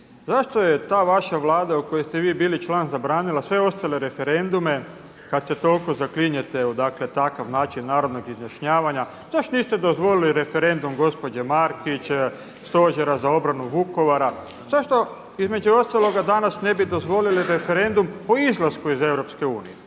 zašto je ta vaša Vlada u kojoj ste vi bili član zabranila sve ostale referendume kad se toliko zaklinjete u dakle takav način narodnog izjašnjavanja? Zašto niste dozvolili referendum gospođe Markić, Stožera za obranu Vukovara? Zašto između ostaloga danas ne bi dozvolili referendum o izlasku iz EU?